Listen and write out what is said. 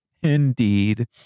Indeed